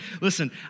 Listen